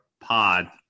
pod